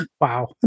wow